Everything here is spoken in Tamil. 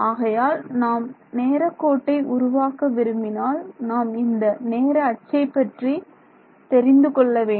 ஆகையால் நாம் நேரக் கோட்டை உருவாக்க விரும்பினால் நாம் இந்த நேர அச்சை பற்றி தெரிந்து கொள்ள வேண்டும்